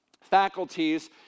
faculties